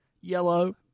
Yellow